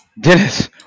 Dennis